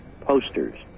posters